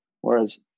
Whereas